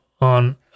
on